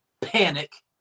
panic